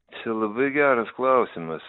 čia labai geras klausimas